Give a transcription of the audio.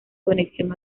conexión